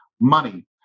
money